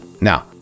Now